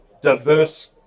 diverse